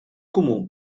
comú